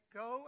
go